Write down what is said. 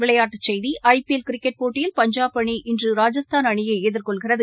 விளையாட்டுச் செய்திகள் IPL cricket போட்டியில் பஞ்சாப் அணி இன்று ராஜஸ்தான் அணியைஎதிர்கொள்கிறது